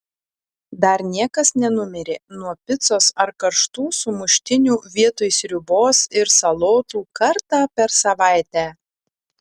dar niekas nenumirė nuo picos ar karštų sumuštinių vietoj sriubos ir salotų kartą per savaitę